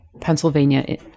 Pennsylvania